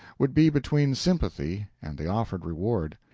would be between sympathy and the offered reward.